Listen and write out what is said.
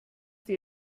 die